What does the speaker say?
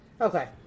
Okay